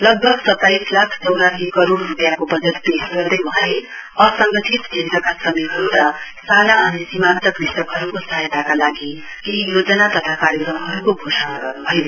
लगभग सताइस लाख चौरासी करोड रूपियाँको बजट पेश गर्दै वहाँले असङ्गठित क्षेत्रका श्रमिकहरू र साना अनि सीमान्त कृषकहरूको सहायताका लागि केही योजना तथा कार्यक्रमहरूको घोषणा गर्न्भयो